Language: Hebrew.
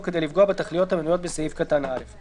כדי לפגוע בתכליות המנויות בסעיף קטן (א)."